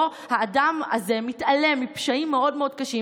האדם הזה מתעלם מפשעים מאוד מאוד קשים,